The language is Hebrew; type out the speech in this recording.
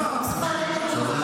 פלסטינים נרצחים,